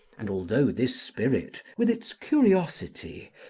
and although this spirit, with its curiosity,